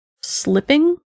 slipping